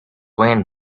wayne